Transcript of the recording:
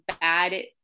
bad